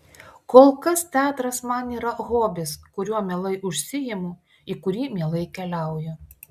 kol kas teatras man yra hobis kuriuo mielai užsiimu į kurį mielai keliauju